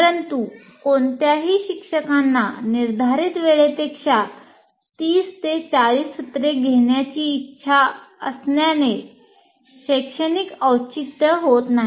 परंतु कोणत्याही शिक्षकांना निर्धारित वेळेपेक्षा 30 40 सत्रे घेण्याची इच्छा असण्याचे शैक्षणिक औचित्य नाही